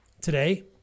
today